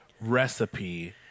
recipe